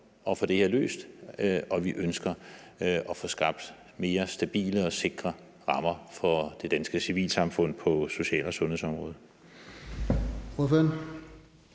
at få det her løst, og at vi ønsker at få skabt mere stabile og sikre rammer for det danske civilsamfund på social- og sundhedsområdet?